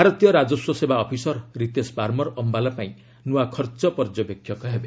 ଭାରତୀୟ ରାଜସ୍ୱ ସେବା ଅଫିସର୍ ରିତେଶ ପାରମର ଅମ୍ଭାଲା ପାଇଁ ନୂଆ ଖର୍ଚ୍ଚ ପର୍ଯ୍ୟବେକ୍ଷକ ହେବେ